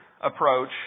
approach